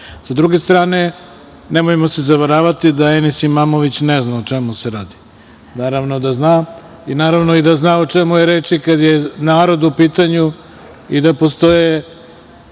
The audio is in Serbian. druge strane, nemojmo se zavaravati da Enis Imamović ne zna o čemu se radi. Naravno da zna i naravno i da zna o čemu je reč kada je narod u pitanju i da kad se